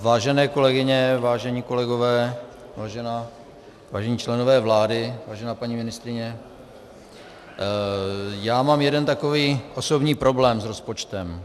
Vážené kolegyně, vážené kolegové, vážení členové vlády, vážená paní ministryně, já mám jeden takový osobní problém s rozpočtem.